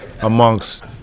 amongst